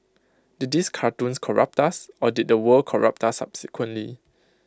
did these cartoons corrupt us or did the world corrupt us subsequently